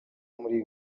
muri